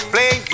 Play